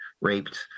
raped